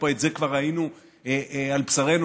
שאת זה כבר ראינו על בשרנו,